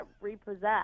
repossessed